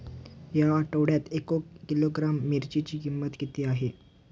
या आठवड्यात एक किलोग्रॅम मिरचीची किंमत किती आहे?